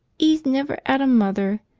e's never ad a mother!